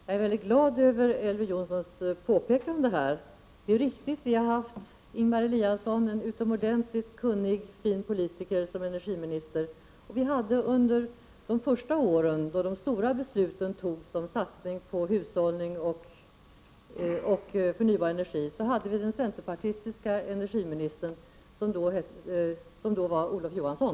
Herr talman! Jag är mycket glad över det påpekande som Elver Jonsson gjorde. Det är riktigt att vi har haft Ingemar Eliasson, som är en utomordentligt kunnig och fin politiker, som energiminister. Vi hade under de första åren, då de stora besluten fattades om satsning på hushållning och förnybar energi, en centerpartistisk energiminister som hette Olof Johansson.